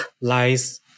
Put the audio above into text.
lies